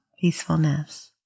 peacefulness